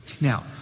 Now